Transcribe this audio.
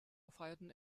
feierten